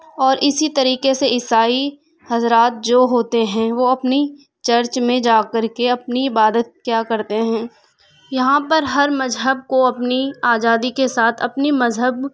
اور اسی طریقے سے عیسائی حضرات جو ہوتے ہیں وہ اپنی چرچ میں جا کر کے اپنی عبادت کیا کرتے ہیں یہاں پر ہر مذہب کو اپنی آزادی کے ساتھ اپنی مذہب